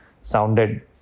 sounded